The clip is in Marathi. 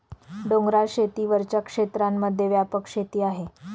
डोंगराळ शेती वरच्या क्षेत्रांमध्ये व्यापक शेती आहे